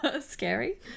Scary